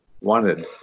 wanted